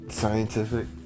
scientific